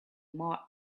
more